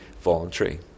voluntary